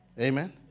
Amen